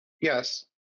yes